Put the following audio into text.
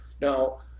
Now